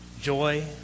joy